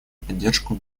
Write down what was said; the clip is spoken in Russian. поддержку